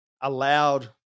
allowed